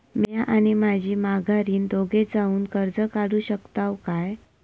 म्या आणि माझी माघारीन दोघे जावून कर्ज काढू शकताव काय?